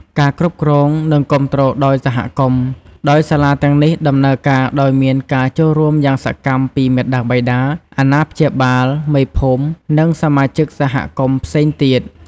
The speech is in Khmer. ការគ្រប់គ្រង និងគាំទ្រដោយសហគមន៍ ដោយសាលាទាំងនេះដំណើរការដោយមានការចូលរួមយ៉ាងសកម្មពីមាតាបិតា អាណាព្យាបាល មេភូមិ និងសមាជិកសហគមន៍ផ្សេងទៀត។